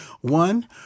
one